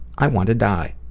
i want to die.